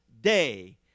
day